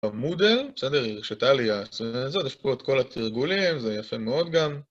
בסדר הרשתה לי הזאת, יש פה עוד כל התרגולים, זה יפה מאוד גם